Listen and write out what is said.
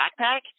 backpack